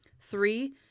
Three